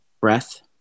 breath